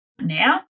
now